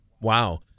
Wow